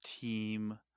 team